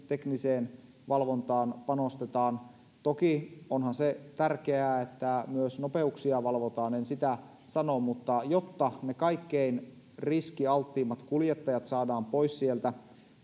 tekniseen valvontaan panostetaan toki onhan se tärkeää että myös nopeuksia valvotaan en sitä sano mutta jotta ne kaikkein riskialtteimmat kuljettajat saadaan pois sieltä